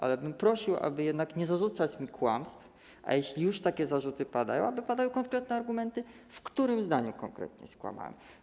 Ale prosiłbym, aby jednak nie zarzucać mi kłamstw, a jeśli już takie zarzuty padają, to prosiłbym, aby padały konkretne argumenty, w którym zdaniu konkretnie skłamałem.